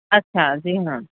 اچھا جی ہاں